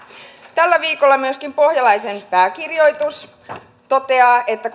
tällä viikolla myöskin pohjalaisen pääkirjoitus toteaa että